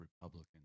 Republicans